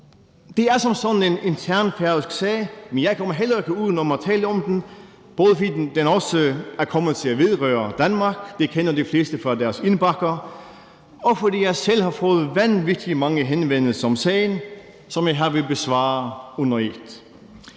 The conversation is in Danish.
Det er som sådan en intern færøsk sag, men jeg kommer heller ikke uden om at tale om den, både fordi den også er kommet til at vedrøre Danmark – det kender de fleste herinde til fra deres indbakker – og fordi jeg selv har fået vanvittig mange henvendelser om sagen, som jeg her vil besvare under et.